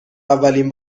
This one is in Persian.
اولین